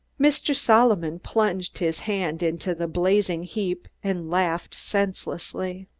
mr. solomon plunged his hand into the blazing heap and laughed senselessly.